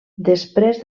després